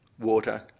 water